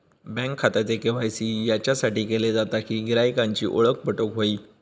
bank खात्याचे KYC याच्यासाठीच केले जाता कि गिरायकांची ओळख पटोक व्हयी